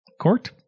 court